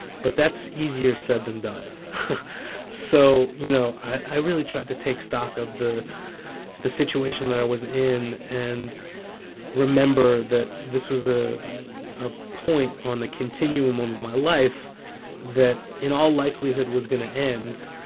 but that's easier said than done so, you know, i really tried to take stock of the the situation that i was in and remember that this was ah a point on the continuum um of my life that, in all likelihood, was going to end,